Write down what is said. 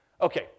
Okay